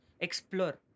explore